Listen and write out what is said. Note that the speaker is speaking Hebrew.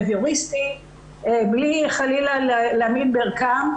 בהביוריסטי בלי חלילה להמעיט בערכם.